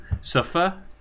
suffer